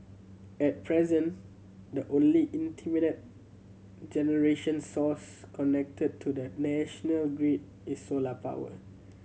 at present the only intermittent generation source connected to the national grid is solar power